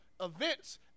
events